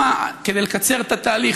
כדי לקצר את התהליך.